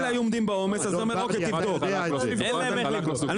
אדון ליפשיץ וגם אדון ורדי,